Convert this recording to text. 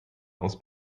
aus